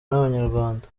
n’abanyarwanda